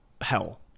hell